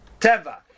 Teva